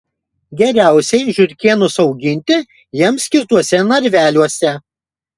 geriausiai žiurkėnus auginti jiems skirtuose narveliuose